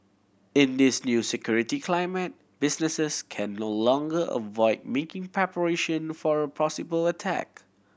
in this new security climate businesses can no longer avoid making preparation for a possible attack